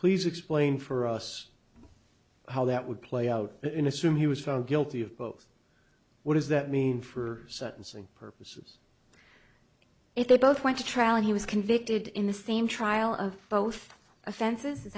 please explain for us how that would play out in assume he was found guilty of both what does that mean for certain swing purposes if they both went to trial and he was convicted in the same trial of both offenses